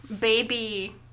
baby